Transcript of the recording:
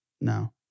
No